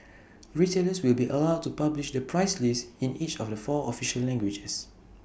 retailers will be allowed to publish the price list in each of the four official languages